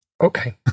Okay